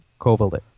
Kovalik